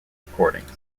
recordings